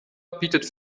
bietet